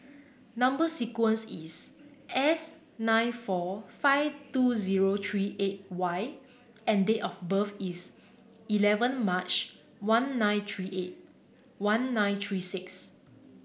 number sequence is S nine four five two zero three eight Y and date of birth is eleven March one nine three eight one nine three six